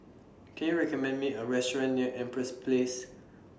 Can YOU recommend Me A Restaurant near Empress Place